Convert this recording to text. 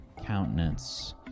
countenance